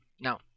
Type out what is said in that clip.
now